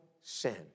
sin